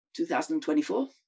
2024